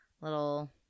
little